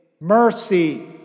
Mercy